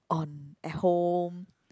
on at home